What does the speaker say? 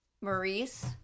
Maurice